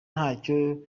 ntacyo